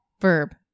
verb